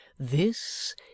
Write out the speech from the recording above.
This